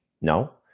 No